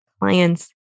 clients